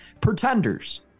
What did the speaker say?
pretenders